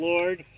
Lord